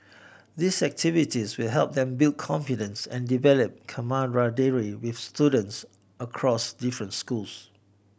these activities will help them build confidence and develop camaraderie with students across different schools